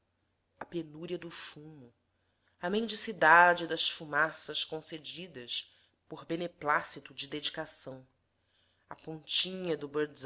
a penúria do fumo a mendicidade das fumaças concedidas por beneplácito de dedicação a pontinha do